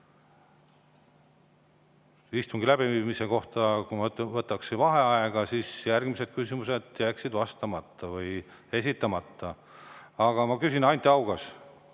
Istungi läbiviimise kohta: kui ma võtaksin vaheaja, siis järgmised küsimused jääksid esitamata ja vastamata. Aga ma küsin: Anti Haugas,